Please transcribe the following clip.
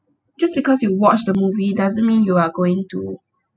just because you watched the movie doesn't mean you are going to